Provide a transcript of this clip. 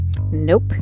Nope